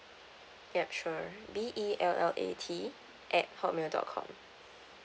yup sure B E L L A T at hotmail dot com